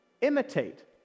imitate